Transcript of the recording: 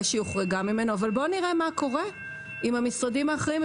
שהיא הוחרגה ממנו אבל בוא נראה מה קורה עם המשרדים האחרים,